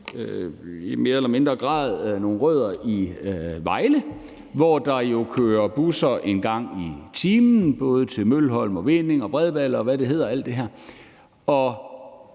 i større eller mindre grad nogle rødder i Vejle, hvor der kører busser en gang i timen, både til Mølholm, Vinding og Bredballe, og hvad det alt sammen hedder, og